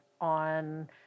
on